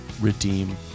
redeem